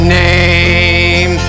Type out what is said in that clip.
name